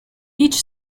each